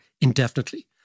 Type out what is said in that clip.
indefinitely